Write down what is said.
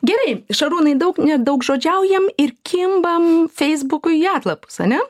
gerai šarūnai daug nedaugžodžiaujam ir kimbam feisbukui į atlapus ane